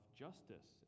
justice